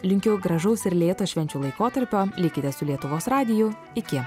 linkiu gražaus ir lėto švenčių laikotarpio likite su lietuvos radiju iki